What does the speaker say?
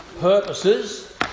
purposes